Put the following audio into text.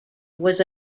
was